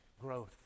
growth